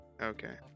Okay